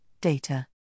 data